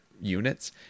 units